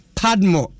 padmo